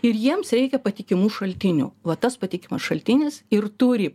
ir jiems reikia patikimų šaltinių va tas patikimas šaltinis ir turi